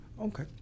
Okay